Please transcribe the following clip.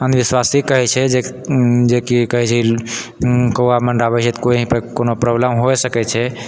अन्धविश्वासे कहै छै जे जेकि कहै छै कौआ मँडराबै छै तऽ कोइ कोनो प्रॉब्लम होइ सकै छै